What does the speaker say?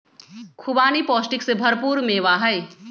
खुबानी पौष्टिक से भरपूर मेवा हई